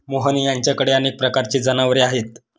मोहन यांच्याकडे अनेक प्रकारची जनावरे आहेत